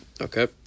okay